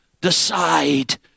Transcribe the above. decide